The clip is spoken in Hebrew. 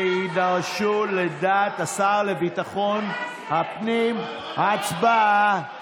שיידרשו, לדעת השר לביטחון הפנים, הצבעה.